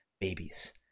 babies